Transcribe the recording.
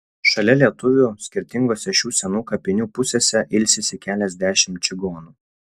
šalia lietuvių skirtingose šių senų kapinių pusėse ilsisi keliasdešimt čigonų